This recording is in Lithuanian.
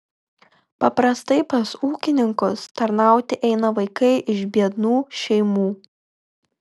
paprastai pas ūkininkus tarnauti eina vaikai iš biednų šeimų